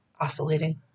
Oscillating